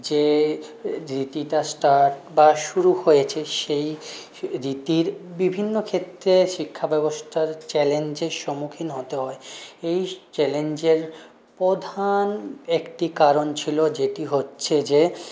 যে রীতিটা স্টার্ট বা শুরু হয়েছে সেই রীতির বিভিন্ন ক্ষেত্রে শিক্ষাব্যবস্থার চ্যালেঞ্জের সম্মুখীন হতে হয় এই চ্যালেঞ্জের প্রধান একটি কারণ ছিল যেটি হচ্ছে যে